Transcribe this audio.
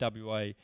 WA